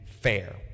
Fair